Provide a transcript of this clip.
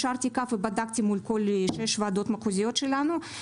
בדקתי מול כל 6 ועדות מחוזיות שלנו.